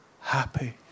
happy